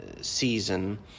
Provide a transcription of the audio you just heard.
season